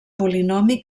polinomi